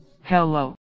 Hello